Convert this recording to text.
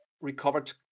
recovered